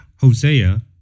Hosea